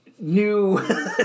new